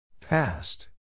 past